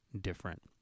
different